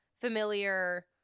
familiar